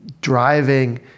driving